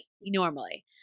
normally